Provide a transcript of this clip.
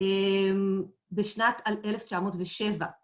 ‫בשנת 1907.